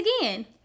again